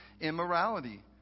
immorality